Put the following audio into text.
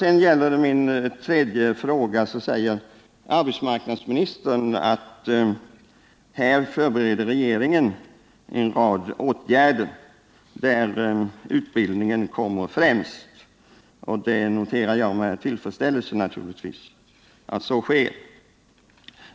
Som svar på min tredje fråga säger arbetsmarknadsministern att regeringen i det här avseendet förbereder en rad åtgärder, varvid utbildningsfrågorna sätts främst. Att så sker noterar jag naturligtvis med tillfredsställelse.